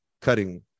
cutting